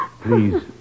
Please